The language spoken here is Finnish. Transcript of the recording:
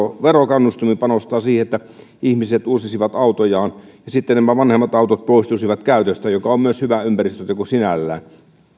verokannustimin panostaa siihen että ihmiset uusisivat autojaan ja sitten nämä vanhemmat autot poistuisivat käytöstä mikä on myös hyvä ympäristöteko sinällään